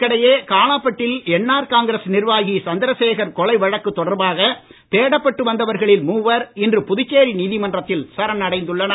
இதற்கிடையே காலாபட்டில் NR Congress நிர்வாகி சந்திரசேகர் கொலை வழக்கு தொடர்பாக தேடப்பட்டு வந்தவர்களில் மூவர் இன்று புதுச்சேரி நீதிமன்றத்தில் சரணடைந்துள்ளனர்